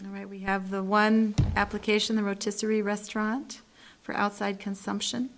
my right we have the one application the rotisserie restaurant for outside consumption